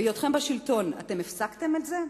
בהיותכם בשלטון אתם הפסקתם את זה?